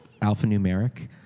Alphanumeric